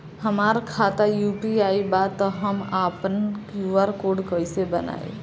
हमार खाता यू.पी.आई बा त हम आपन क्यू.आर कोड कैसे बनाई?